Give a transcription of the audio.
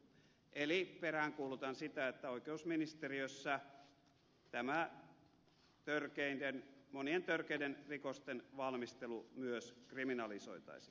eli peräänkuulutan sitä että oikeusministeriössä myös näiden monien törkeiden rikosten valmistelu kriminalisoitaisiin